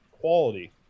quality